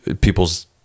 people's